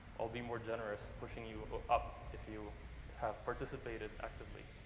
i'll be more generous pushing you up if you have participated actively.